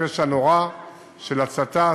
פשע נורא של הצתה,